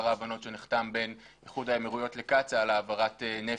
ההבנות שנחתם בין איחוד האמירויות לקצ"א על העברת נפט,